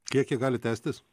kiek ji gali tęstis